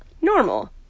normal